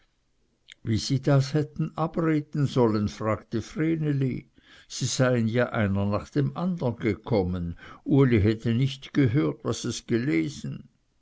wie sie das hätten abreden wollen fragte vreneli sie seien ja einer nach dem andern gekommen uli hätte nicht gehört was es gelesen